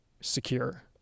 secure